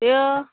बेयो